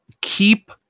keep